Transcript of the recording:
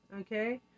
okay